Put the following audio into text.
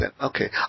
Okay